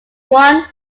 one